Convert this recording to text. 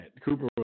Cooper